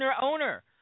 owner